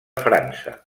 frança